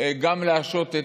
גם להשהות,